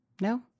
No